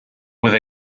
with